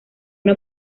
una